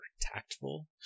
tactful